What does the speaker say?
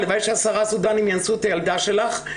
הלוואי שעשרה סודנים יאנסו את הילדה שלך,